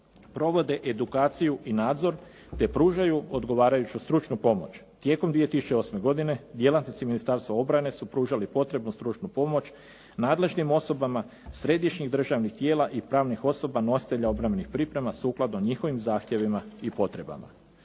provode edukaciju u nadzor, te pružaju odgovarajuću stručnu pomoć. Tijekom 2008. godine djelatnici Ministarstva obrane su pružali stručnu pomoć nadležnim osobama središnjih državnih tijela i pravnih osoba nositelja obrambenih priprema, sukladno njihovim zahtjevima i potrebama.